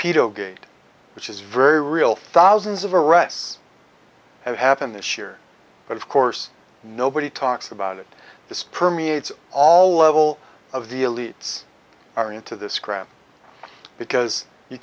peto gate which is very real thousands of arrests have happened this year but of course nobody talks about it this permeates all level of the elites are into this crap because you